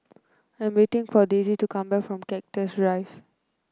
I'm waiting for Desi to come back from Cactus Drive